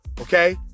Okay